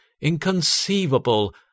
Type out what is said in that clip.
inconceivable